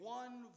one